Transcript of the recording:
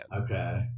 Okay